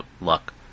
luck